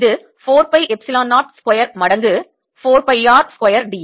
இது 4 pi epsilon 0 square மடங்கு 4 pi r square dr